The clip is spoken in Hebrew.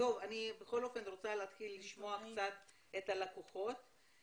אני רוצה להתחיל לשמוע קצת את הלקוחות.